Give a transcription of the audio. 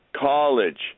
college